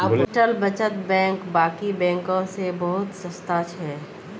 postal बचत bank बाकी बैंकों से बहुत सस्ता छे